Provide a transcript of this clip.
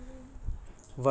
mm